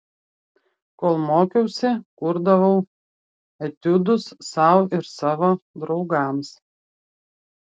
kol mokiausi kurdavau etiudus sau ir savo draugams